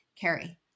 Carrie